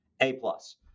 A-plus